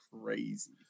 crazy